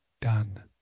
Done